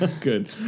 Good